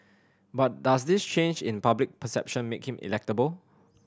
but does this change in public perception make him electable